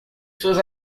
suas